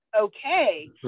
okay